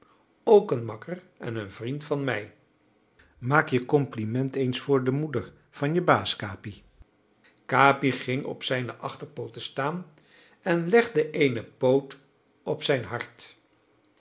ook een makker en een vriend van mij maak je kompliment eens voor de moeder van je baas capi capi ging op zijne achterpooten staan en legde zijn eenen poot op zijn hart